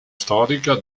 storica